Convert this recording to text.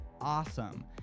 awesome